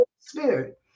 Spirit